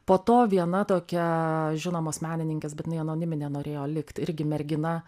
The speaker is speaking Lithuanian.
po to viena tokia žinomos menininkės bet jinai anoniminė norėjo likt irgi mergina